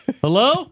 Hello